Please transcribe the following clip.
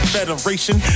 Federation